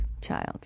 child